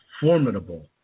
formidable